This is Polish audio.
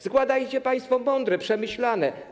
Składajcie państwo mądre, przemyślane.